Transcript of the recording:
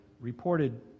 reported